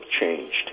changed